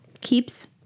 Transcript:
keeps